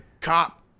cop